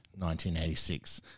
1986